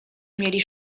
mieli